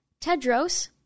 Tedros